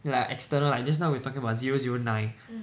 like a external like just now we're talking about zero zero nine